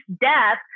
death